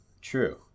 True